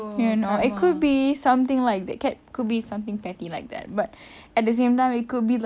you know it could be something like that could be something petty like that but at the same time we could be like